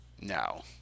No